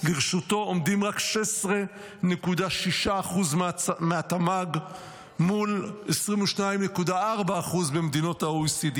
לרשותו עומדים רק 16.6% מהתמ"ג מול 22.4% במדינות ה-OECD.